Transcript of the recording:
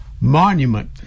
monument